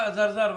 אזרזר.